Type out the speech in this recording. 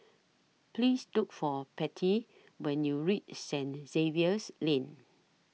Please Look For Pattie when YOU REACH Saint Xavier's Lane